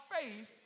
faith